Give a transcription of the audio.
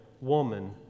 woman